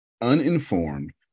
uninformed